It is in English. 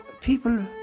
people